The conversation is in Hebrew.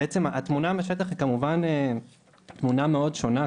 התמונה מהשטח היא כמובן תמונה מאוד שונה.